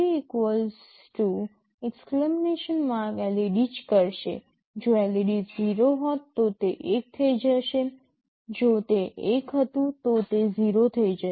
led જ કરશે જો led 0 હોત તો તે 1 થઈ જશે જો તે 1 હતું તો તે 0 થઈ જશે